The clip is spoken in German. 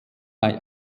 bei